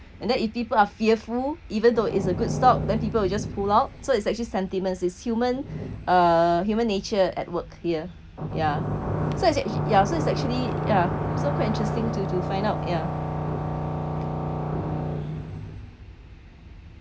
and then if people are fearful even though is a good stock then people will just pull out so it's actually sentiment is human uh human nature at work here yeah so it's act~ ya so it's actually ya so quite interesting to to find out ya